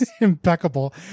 impeccable